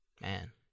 Man